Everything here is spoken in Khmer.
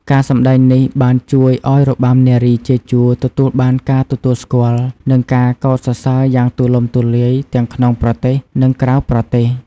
ការសម្តែងនេះបានជួយឱ្យរបាំនារីជាជួរទទួលបានការទទួលស្គាល់ និងការកោតសរសើរយ៉ាងទូលំទូលាយ ទាំងក្នុងប្រទេស និងក្រៅប្រទេស។